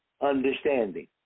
understanding